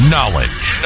Knowledge